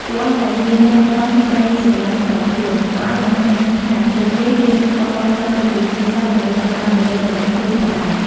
តួអង្គដែលហ៊ានលះបង់ក្តីស្រឡាញ់ផ្ទាល់ខ្លួន ក៏អាចបង្ហាញថាពួកគេហ៊ានបោះបង់ចោលកិត្តិយសគ្រួសារដើម្បីធ្វើតាមបេះដូងរបស់ខ្លួនផងដែរ។